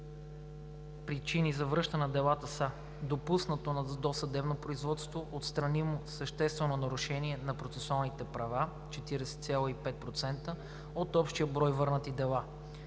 причини за връщане на делата са: допуснато на досъдебното производство отстранимо съществено нарушение на процесуалните права – 40,5% от общия брой върнати дела;